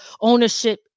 Ownership